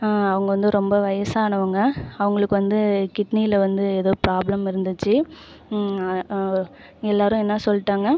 அவங்க வந்து ரொம்ப வயதானவங்க அவங்களுக்கு வந்து கிட்னியில் வந்து ஏதோ ப்ராப்ளம் இருந்துச்சு எல்லோரும் என்ன சொல்லிட்டாங்க